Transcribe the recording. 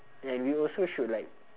and we also should like